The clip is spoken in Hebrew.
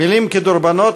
מילים כדורבנות.